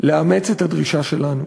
לאמץ את הדרישה שלנו